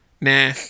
Nah